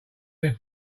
their